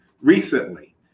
recently